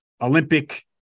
Olympic